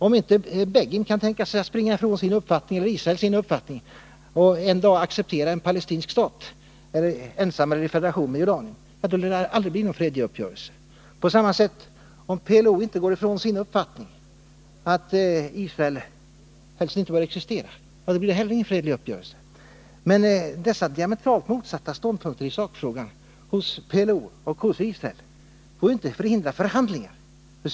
Om inte Begin eller Israel kan tänkas frångå sin uppfattning och en dag acceptera en palestinsk stat, ensam eller i federation med Jordanien, då lär det aldrig bli någon fredlig uppgörelse. På samma sätt: Om PLO inte går ifrån sin uppfattning att Israel inte bör fortsätta att existera som sionistisk stat, då blir det heller ingen fredlig uppgörelse. Men dessa diametralt motsatta ståndpunkter i sakfrågan hos PLO och hos Israel får inte förhindra förhandlingar.